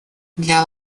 для